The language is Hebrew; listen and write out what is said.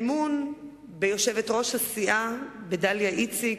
אמון ביושבת-ראש הסיעה דליה איציק,